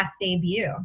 debut